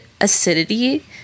acidity